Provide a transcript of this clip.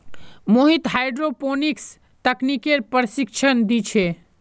Mohit hydroponics तकनीकेर प्रशिक्षण दी छे